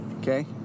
okay